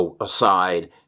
aside